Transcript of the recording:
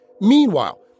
Meanwhile